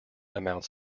amounts